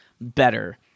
better